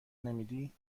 نمیدی